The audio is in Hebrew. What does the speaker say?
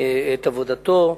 את עבודתו.